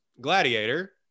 gladiator